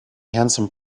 handsome